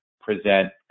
present